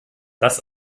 das